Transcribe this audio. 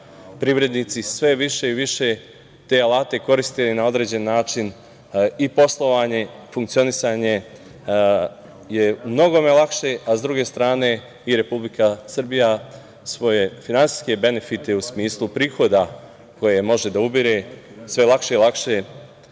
privrednici sve više i više te alate koriste na određen način i poslovanja i funkcionisanje je u mnogome lakše. Sa druge strane i Republika Srbija svoje finansijske benefite u smislu prihoda koje može da ubira sve lakše i lakše